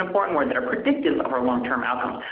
important word there, predictive over long-term outcome,